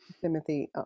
Timothy